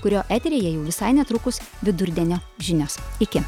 kurio eteryje jau visai netrukus vidurdienio žinios iki